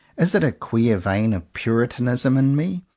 is it a queer vein of puritanism in me,